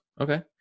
Okay